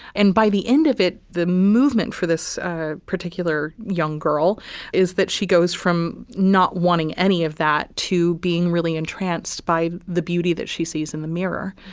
and by the end of it the movement for this particular young girl is that she goes from not wanting any of that to being really entranced by the beauty that she sees in the mirror.